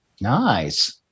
Nice